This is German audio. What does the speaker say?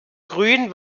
grünen